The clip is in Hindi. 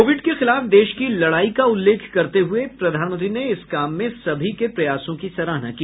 कोविड के खिलाफ देश की लड़ाई का उल्लेख करते हुए प्रधानमंत्री ने इस काम में सभी के प्रयासों की सराहना की